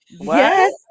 Yes